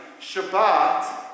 Shabbat